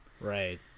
Right